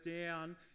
down